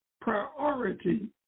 priority